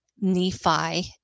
Nephi